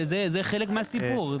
זה חלק מהסיפור.